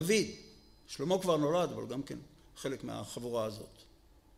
דוד. שלמה כבר נולד, אבל גם כן חלק מהחבורה הזאת.